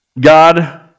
God